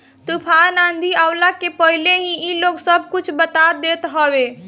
तूफ़ान आंधी आवला के पहिले ही इ लोग सब कुछ बता देत हवे